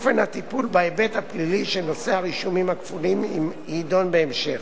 אופן הטיפול בהיבט הפלילי של נושא הרישומים הכפולים יידון בהמשך,